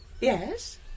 Yes